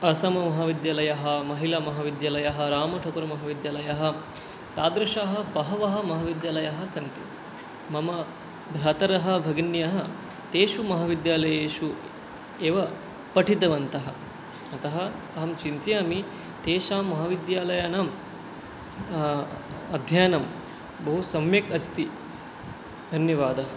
असममहाविद्यालयः महिलामहाविद्यालयः राम ठाकुर् महाविद्यालयः तादृशाः बहवः महाविद्यालयाः सन्ति मम भ्रातरः भगिन्यः तेषु महाविद्यालयेषु एव पठितवन्तः अतः अहं चिन्तयामि तेषां महाविद्यालयानां अध्ययनं बहुसम्यक् अस्ति धन्यवादः